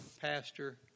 pastor